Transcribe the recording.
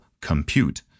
compute